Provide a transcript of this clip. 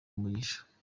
umugisha